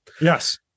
Yes